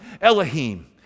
elohim